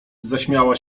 zaśmiała